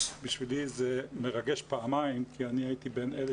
בשבילי זה מרגש פעמיים כי אני הייתי בין אלה